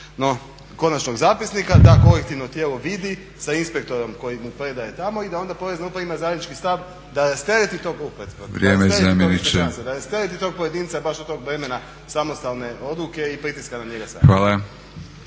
konačnog zapisnika da kolektivno tijelo vidi sa inspektorom koji mu predaje tamo i da onda porezna uprava ima zajednički stav da rastereti tog pojedinca baš od tog vremena samostalne odluke i pritiska na njega samog.